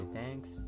Thanks